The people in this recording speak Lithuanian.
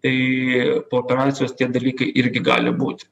tai po operacijos tie dalykai irgi gali būti